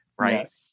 right